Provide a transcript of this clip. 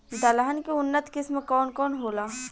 दलहन के उन्नत किस्म कौन कौनहोला?